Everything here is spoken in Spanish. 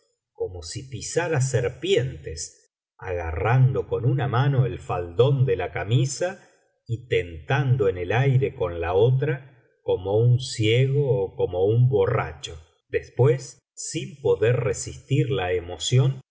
como si pisara serpientes agarrando con una mano el faldón de la camisa y tentando en el aire con la otra como un ciego ó como un borracho después sin poder resistir la emoción